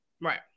Right